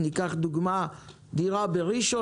איך ניתן רק למי שאין לו בית ראשון,